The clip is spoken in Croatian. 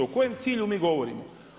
O kojem cilju mi govorimo?